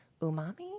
Umami